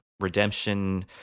Redemption